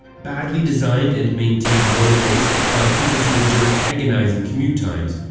badly designed and maintained motorways cause people to endure agonizing commute times,